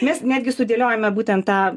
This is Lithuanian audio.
mes netgi sudėliojame būtent tą